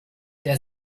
der